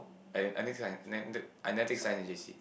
I never take science I never take science in J_C